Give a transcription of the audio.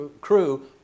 crew